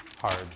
Hard